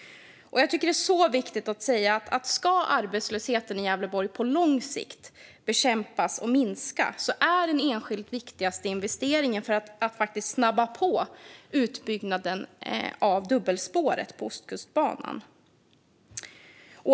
Jag tycker att det är viktigt att säga att den enskilt viktigaste investeringen om arbetslösheten i Gävleborg ska bekämpas och minska på lång sikt är att snabba på utbyggnaden av dubbelspåret på Ostkustbanan.